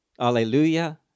Alleluia